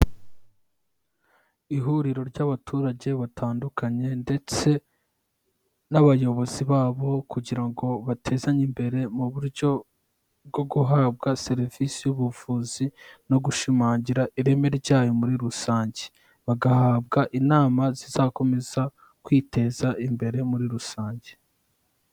Ihuriro ry'abaturage batandukanye ndetse n'abayobozi babo kugira ngo batezanye imbere mu buryo bwo guhabwa serivisi y'ubuvuzi no gushimangira ireme ryayo muri rusange. Bagahabwa inama zizakomeza kwiteza imbere muri rusange.